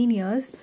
years